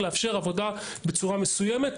לאפשר עבודה בצורה מסוימת,